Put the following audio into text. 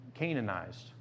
Canaanized